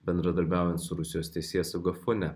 bendradarbiaujant su rusijos teisėsauga fone